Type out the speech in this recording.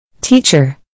Teacher